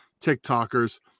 TikTokers